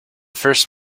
first